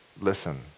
listen